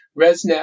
ResNet